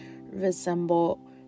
resemble